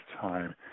time